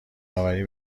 آوری